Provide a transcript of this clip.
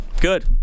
Good